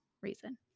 reason